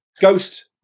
Ghost